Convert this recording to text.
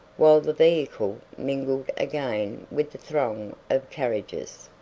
while the vehicle mingled again with the throng of carriages.